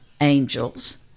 angels